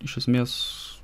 iš esmės